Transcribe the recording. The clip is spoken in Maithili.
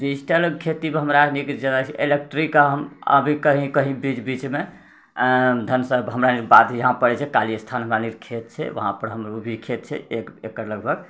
डिजिटल खेतीमे हमराअनीके जे इलेक्ट्रिक अभी कहीँ कहीँ बीच बीचमे धन सब हमराअनी बाध यहाँ पड़ै छै काली स्थान हमराअनी खेत छै वहाँपर हमरो भी खेत छै एक एकड़ लगभग